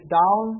down